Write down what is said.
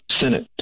Senate